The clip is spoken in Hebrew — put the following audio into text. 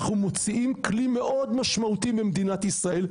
אנחנו מוציאים כלי מאוד משמעותי במדינת ישראל,